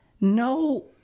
no